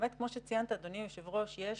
כמו שציינת אדוני היושב-ראש, יש